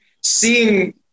seeing